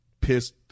Pissed